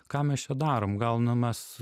ką mes čia darom gaunam mes